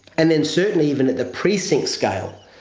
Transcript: and then certainly even at the precinct scale,